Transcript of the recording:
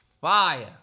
Fire